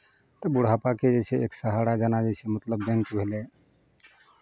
तऽ बुढ़ापाके जे छै एक सहारा जेना जे छै मतलब बैंक भेलै